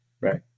Right